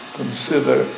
consider